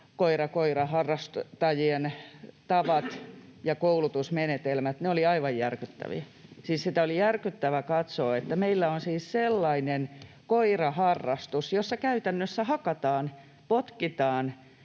suojelukoiraharrastajien tavat ja koulutusmenetelmät olivat aivan järkyttäviä. Oli järkyttävää katsoa, että meillä on siis sellainen koiraharrastus, jossa käytännössä hakataan, potkitaan